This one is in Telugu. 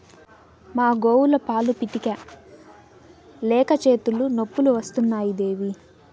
మా గోవుల పాలు పితిక లేక చేతులు నొప్పులు వస్తున్నాయి దేవీ